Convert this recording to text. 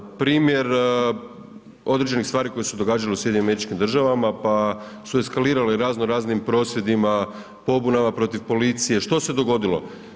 Primjer određenih stvari koje su se događale u SAD-u, pa su eskalirale razno raznim prosvjedima, pobunama protiv policije, što se dogodilo?